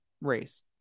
race